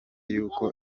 y’uko